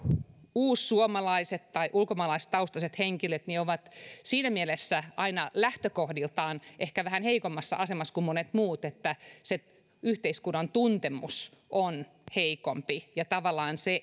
uussuomalaiset tai ulkomaalaistaustaiset henkilöt ovat siinä mielessä aina lähtökohdiltaan ehkä vähän heikommassa asemassa kuin monet muut että heillä se yhteiskunnan tuntemus on heikompi ja tavallaan se